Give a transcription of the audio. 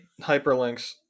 hyperlinks